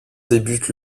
débutent